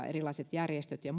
järjestöjen ja